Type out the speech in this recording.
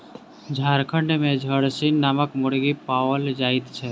झारखंड मे झरसीम नामक मुर्गी पाओल जाइत छै